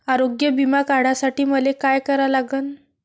आरोग्य बिमा काढासाठी मले काय करा लागन?